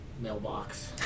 Mailbox